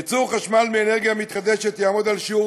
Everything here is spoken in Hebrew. ייצור חשמל מאנרגיה מתחדשת יעמוד על שיעור